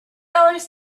dollars